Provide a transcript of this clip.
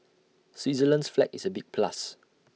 Switzerland's flag is A big plus